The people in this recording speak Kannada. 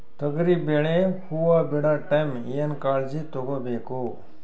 ತೊಗರಿಬೇಳೆ ಹೊವ ಬಿಡ ಟೈಮ್ ಏನ ಕಾಳಜಿ ತಗೋಬೇಕು?